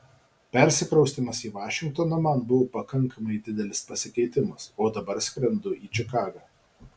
persikraustymas į vašingtoną man buvo pakankamai didelis pasikeitimas o dabar skrendu į čikagą